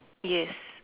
yes